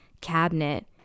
cabinet